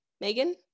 Megan